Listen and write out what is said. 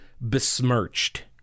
besmirched